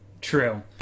True